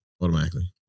Automatically